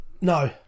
no